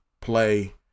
Play